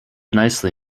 nicely